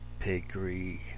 pigry